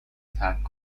ترک